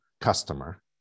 customer